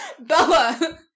Bella